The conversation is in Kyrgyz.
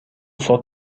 сот